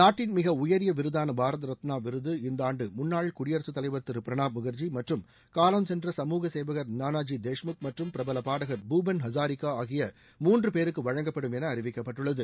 நாட்டின் மிக உயரிய விருதான பாரத் ரத்னா விருது இந்த ஆண்டு முன்னாள் குடியரசுத் தலைவர் திரு பிரணாப் முகர்ஜி மற்றும் காலஞ்சென்ற சமூக சேவகர் நானாஜி தேஷ்முக் மற்றும் பிரபல பாடகர் பூபென் ஹசாரிகா ஆகிய மூன்று பேருக்கு வழங்கப்படும் என அறிவிக்கப்பட்டுள்ளது